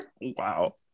wow